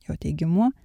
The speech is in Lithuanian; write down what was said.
jo teigimu